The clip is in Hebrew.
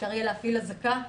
אפשר יהיה להפעיל אזעקה,